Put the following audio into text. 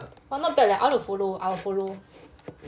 !wah! not bad eh I wanna follow I'll follow